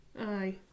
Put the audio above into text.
Aye